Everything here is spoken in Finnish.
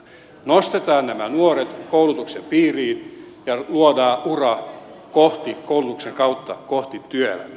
nostetaan nämä nuoret koulutuksen piiriin ja luodaan ura koulutuksen kautta kohti työelämää